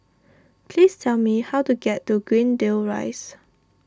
please tell me how to get to Greendale Rise